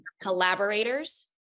collaborators